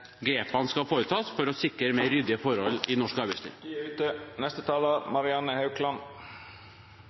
grepene skal tas for å sikre mer ryddige forhold i norsk